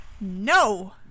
No